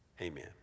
Amen